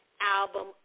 album